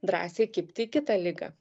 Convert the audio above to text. drąsiai kibti į kitą ligą